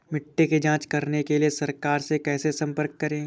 मिट्टी की जांच कराने के लिए सरकार से कैसे संपर्क करें?